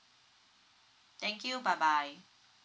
thank you bye bye